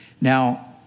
Now